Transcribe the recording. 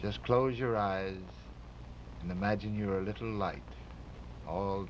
just close your eyes and imagine you were a little